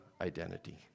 identity